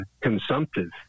consumptive